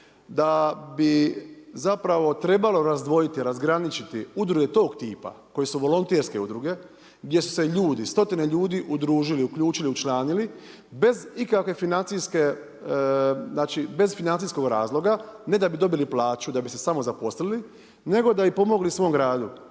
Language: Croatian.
da bi zapravo trebalo razdvojiti, razgraničiti udruge tog tipa koje su volonterske udruge, gdje su se ljudi, stotine ljudi udružili, uključili, učlanili bez ikakve financijske, znači bez financijskog razloga ne da bi dobili plaću, da bi se samozaposlili, nego da bi pomogli svom gradu.